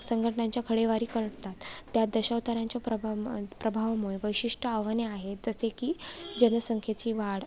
संघटनांच्या खडेवारी करतात त्या दशावतारांच्या प्रभम् प्रभावमुळे विशिष्ट आव्हाने आहेत जसे की जनसंख्येची वा